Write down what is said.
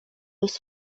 jest